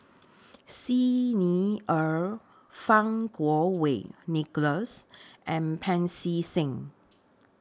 Xi Ni Er Fang Kuo Wei Nicholas and Pancy Seng